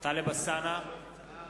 עומד לחדש את ההצבעה.